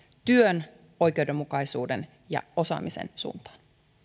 työn oikeudenmukaisuuden ja osaamisen suuntaan